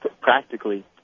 practically